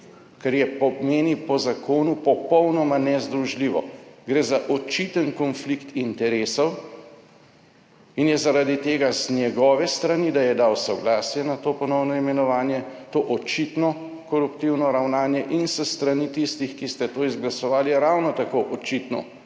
kar je, pomeni po zakonu popolnoma nezdružljivo. Gre 17. TRAK: (NB) – 13.20 (Nadaljevanje) za očiten konflikt interesov in je zaradi tega z njegove strani, da je dal soglasje na to ponovno imenovanje, to očitno koruptivno ravnanje in s strani tistih, ki ste to izglasovali je ravno tako očitno